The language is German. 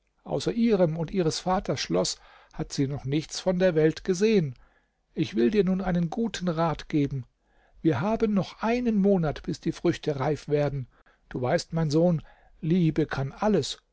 außer ihrem und ihres vaters schloß hat sie noch nichts in der welt gesehen ich will dir nun einen guten rat geben wir haben noch einen monat bis die früchte reif werden du weißt mein sohn liebe kann alles